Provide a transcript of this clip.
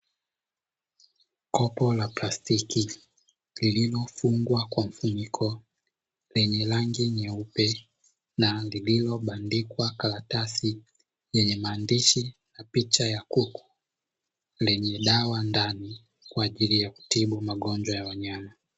Kopo la plastiki lililofungwa kwa mfuniko, lenye rangi nyeupe na lililobandikwa karatasi yenye maandishi na picha ya kuku, lenye dawa ndani kwa ajili ya kutibu magonjwa ya wanyama.